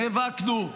נאבקנו,